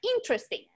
interesting